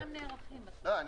אני